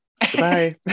Bye